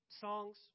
Songs